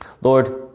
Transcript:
Lord